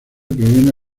proviene